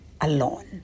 alone